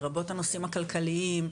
לרבות הנושאים הכלכליים,